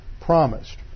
promised